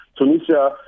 Tunisia